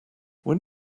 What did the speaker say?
when